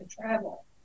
travel